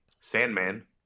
Sandman